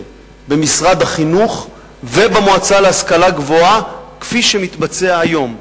במשרד החינוך ובמועצה להשכלה גבוהה כפי שמתבצע היום.